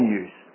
use